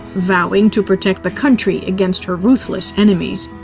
vowing to protect the country against her ruthless enemies.